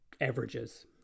averages